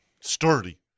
sturdy